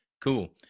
Cool